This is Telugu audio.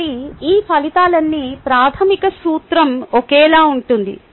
కాబట్టి ఈ ఫలితాలన్నీ ప్రాథమిక సూత్రం ఒకేలా ఉంటుంది